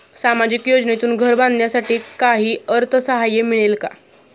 सामाजिक योजनेतून घर बांधण्यासाठी काही अर्थसहाय्य मिळेल का?